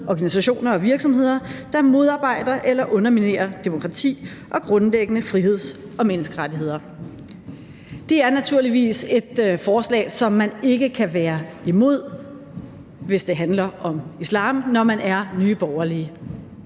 organisationer og virksomheder, der modarbejder eller underminerer demokrati og grundlæggende friheds- og menneskerettigheder. Det er naturligvis et forslag, som man ikke kan være imod – hvis det handler om islam – når man er Nye Borgerlige.